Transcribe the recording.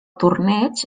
torneig